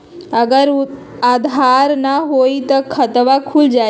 अगर आधार न होई त खातवन खुल जाई?